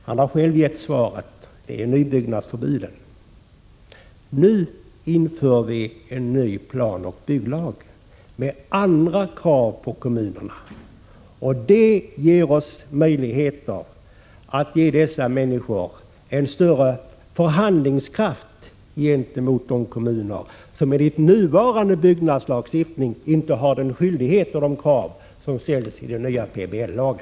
Han har själv gett svaret: det är nybyggnadsförbuden. Vi inför nu en ny planoch bygglag med andra krav på kommunerna, och genom den får vi möjligheter att ge de människor det här gäller en större förhandlingskraft gentemot kommunerna. Den nu gällande byggnadslagstiftningen ställer inte kommunerna inför de krav och skyldigheter som de kommer att möta i PBL.